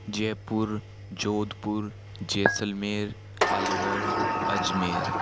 Jaipur Jodhpur Jaisalmer Alwar Ajmer